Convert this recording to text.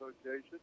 Association